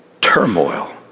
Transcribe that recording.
turmoil